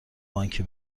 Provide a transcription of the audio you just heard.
بانکی